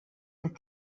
that